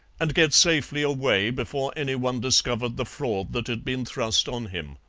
and get safely away before anyone discovered the fraud that had been thrust on him.